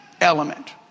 element